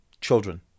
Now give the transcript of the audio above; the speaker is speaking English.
children